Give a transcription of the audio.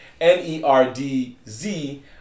N-E-R-D-Z